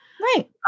Right